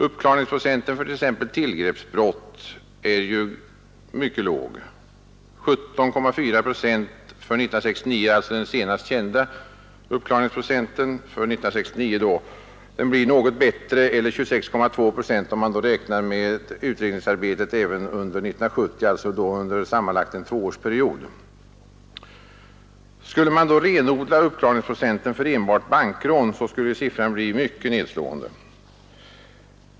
Uppklaringsprocenten för t.ex. tillgreppsbrott är mycket låg — 17,4 procent för år 1969, den senaste kända siffran, och något bättre, eller 26,2 procent, om man räknar med utredningsarbetet även under 1970, alltså under en tvåårsperiod. Om man renodlade uppklaringsprocenten för enbart bankrån skulle siffran bli mycket nedslående.